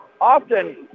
often